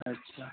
अच्छा